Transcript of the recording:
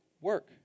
Work